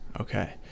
okay